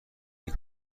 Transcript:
این